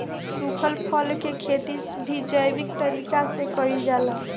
सुखल फल के खेती भी जैविक तरीका से कईल जाला